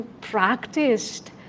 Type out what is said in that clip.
practiced